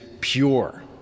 pure